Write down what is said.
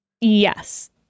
Yes